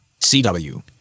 cw